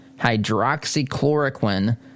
hydroxychloroquine—